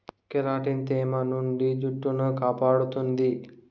keratin తేమ నుండి జుట్టును కాపాడుతుంది